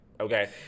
okay